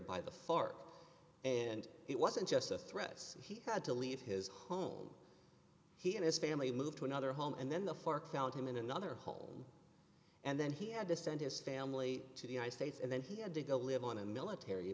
by the fark and it wasn't just the threats he had to leave his home he and his family moved to another home and then the four count him in another hole and then he had to send his family to the united states and then he had to go live on a military